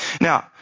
now